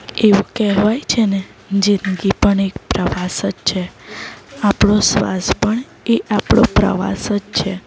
એવું કહેવાય છે ને જિંદગી પણ એક પ્રવાસ જ છે આપણો શ્વાસ પણ એ આપણો પ્રવાસ જ છે